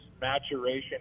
maturation